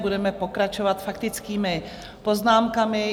Budeme pokračovat faktickými poznámkami.